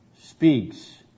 speaks